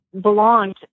belonged